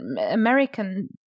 american